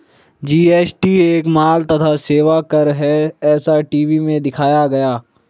GST एक माल तथा सेवा कर है ऐसा टी.वी में दिखाया गया